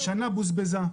השנה בוזבזה.